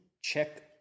check